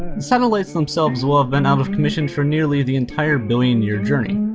satellites themselves will have been out of commission for nearly the entire billion-year journey.